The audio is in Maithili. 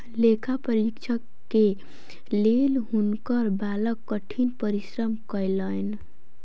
लेखा परीक्षक के लेल हुनकर बालक कठिन परिश्रम कयलैन